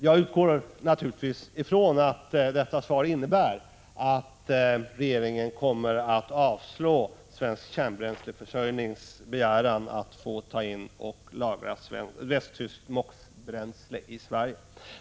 Jag utgår naturligtvis ifrån att detta svar innebär att regeringen kommer att avslå Svensk Kärnbränslehanterings begäran att få ta in och lagra västtyskt MOX-bränsle i Sverige.